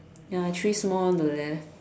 ya three small on the left